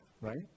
right